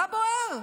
מה בוער?